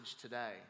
today